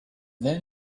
then